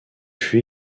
fut